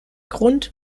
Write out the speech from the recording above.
grund